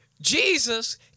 Jesus